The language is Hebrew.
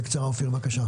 בבקשה.